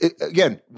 again